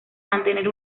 mantener